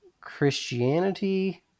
Christianity